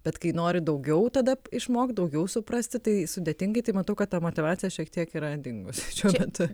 bet kai nori daugiau tada išmok daugiau suprasti tai sudėtingai tai matau kad ta motyvacija šiek tiek yra dingus šiuo metu